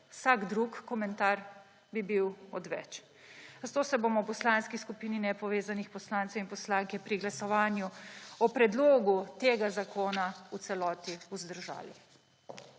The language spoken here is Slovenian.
Vsak drug komentar bi bil odveč. Zato se bomo v Poslanski skupini Nepovezanih poslancev in poslanke pri glasovanju o predlogu tega zakona v celoti vzdržali.